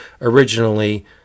originally